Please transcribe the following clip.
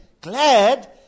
glad